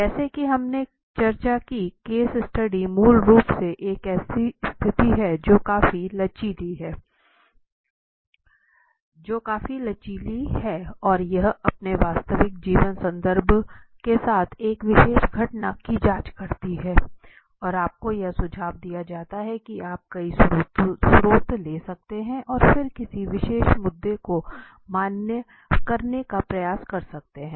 जैसा कि हमने चर्चा की केस स्टडी मूल रूप से एक ऐसी स्थिति है जो काफी लचीली है और यह अपने वास्तविक जीवन संदर्भ के साथ एक विशेष घटना की जांच करती है और आपको यह सुझाव दिया जाता है की आप कई स्रोत ले सकते हैं और फिर किसी विशेष मुद्दे को मान्य करने का प्रयास कर सकते हैं